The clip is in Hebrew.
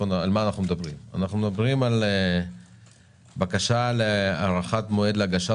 אנחנו מדברים על בקשה להארכת מועד להגשת